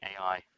AI